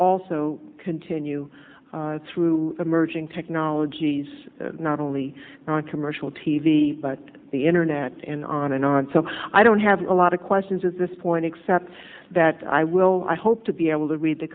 also continue through emerging technologies not only on commercial t v but the internet in on and on so i don't have a lot of questions at this point except that i will i hope to be able to read the